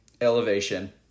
Elevation